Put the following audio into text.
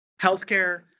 Healthcare